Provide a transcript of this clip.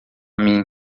mim